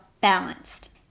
balanced